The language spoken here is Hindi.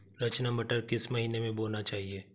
रचना मटर किस महीना में बोना चाहिए?